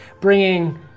bringing